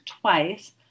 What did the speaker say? twice